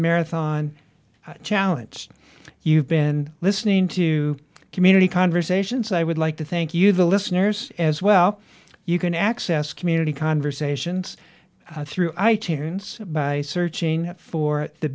marathon challenge you've been listening to community conversations i would like to thank you the listeners as well you can access community conversations through i tunes by searching for the